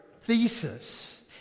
thesis